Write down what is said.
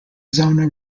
zona